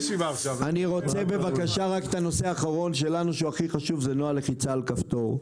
דבר אחרון והכי חשוב לנו פה הוא נוהל לחיצה על כפתור.